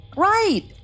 Right